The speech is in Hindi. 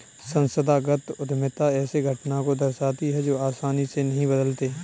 संस्थागत उद्यमिता ऐसे घटना को दर्शाती है जो आसानी से नहीं बदलते